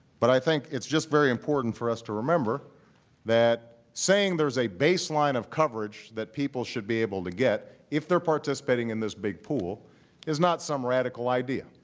but i think it's just very important for us to remember that saying there's a baseline of coverage that people should be able to get if they're participating in this big pool is not some radical idea.